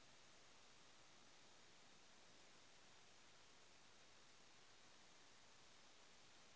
किसानेर केते कोई मशीन खरीदवार की लागत छे?